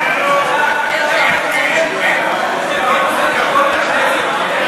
אדוני שר הכלכלה, אני מוכן לענות גם על שאלות.